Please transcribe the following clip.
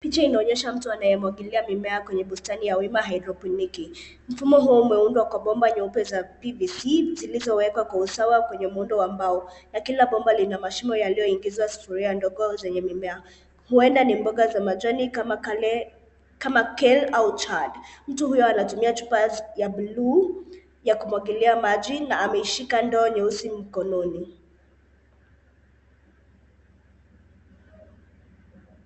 Picha inaonyesha mtu anayemwagilia mimea kwenye bustani ya wima haidroponiki. Mfumo huo umeundwa kwa bomba nyeupe za PVC zilizowekwa kwa usawa kwenye muundo wa mbao na kila bomba yana mashimo yaliyoingizwa sufuria ndogo zenye mimea. Huenda ni mboga za majani kama kale au chard . Mtu huyu anatumia ya chupa bluu ya kumwagilia maji na ameishika ndoo nyeusi mkononi.